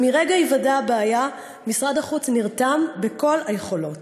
ומרגע היוודע הבעיה משרד החוץ נרתם בכל היכולות.